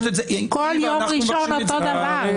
כל יום ראשון אותו דבר.